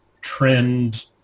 trend